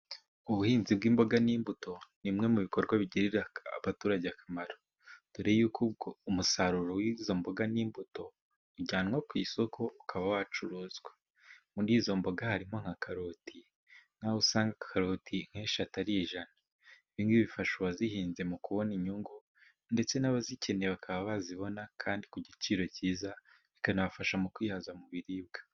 Ubuhinzi bw'imboga n'imbuto, ni imwe mu bikorwa bigirira abaturage akamaro, mbere yuko umusaruro w'izo mboga n'imbuto ujyanwa ku isoko, ukaba wacuruzwa, muri izo mboga harimo nka karoti, nk'aho usanga karoti nk'eshatu ari ijana, ibi ngibi bifasha uwazihinze mu kubona inyungu, ndetse n'abazikeneye bakaba bazibona, kandi ku giciro kiza, bikanabafasha mu kwihaza mu biribwa.